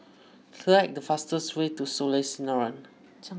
select the fastest way to Soleil Sinaran